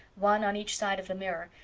one on each side of the mirror,